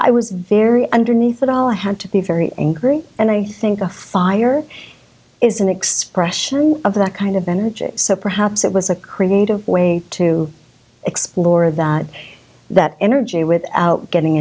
i was very underneath it all i had to be very angry and i think a fire is an expression of that kind of energy so perhaps it was a creative way to explore that that energy without getting